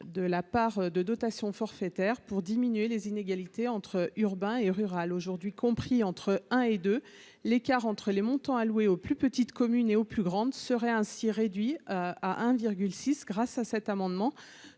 de la part de dotation forfaitaire pour diminuer les inégalités entre urbain et rural aujourd'hui compris entre 1 et 2 l'écart entre les montants alloués aux plus petites communes et aux plus grandes serait ainsi réduit à 1 virgule six grâce à cet amendement,